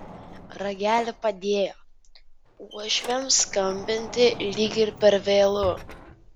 ragelį padėjo uošviams skambinti lyg ir per vėlu